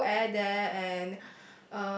cool air there and